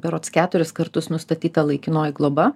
berods keturis kartus nustatyta laikinoji globa